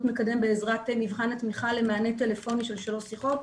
מקדם בעזרת מבחן התמיכה למענה טלפוני של שלוש שיחות,